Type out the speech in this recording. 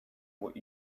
what